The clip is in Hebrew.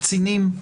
הקצינים,